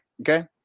okay